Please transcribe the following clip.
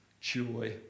joy